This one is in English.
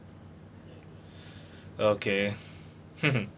okay